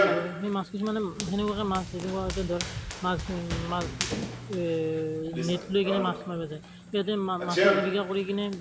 আৰু সেই মাছ কিছুমানে সেনেকুৱাকৈ মাছ মাছ মাছ নেট লৈ কিনে মাছ মাৰিব যায় ইয়াতে মাছৰ জীৱিকা কৰি কিনে